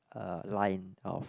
uh line of